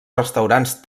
restaurants